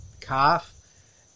calf